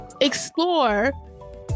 explore